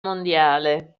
mondiale